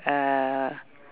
uhh